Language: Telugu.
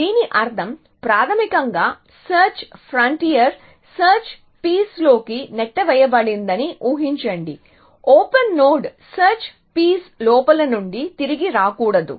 దీని అర్థం ప్రాథమికంగా సెర్చ్ ఫ్రాంటియర్ సెర్చ్ పీస్లోకి నెట్టివేయబడిందని ఊహించండి ఓపెన్ నోడ్ సెర్చ్ పీస్ లోపల నుండి తిరిగి రాకూడదు